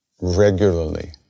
regularly